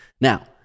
Now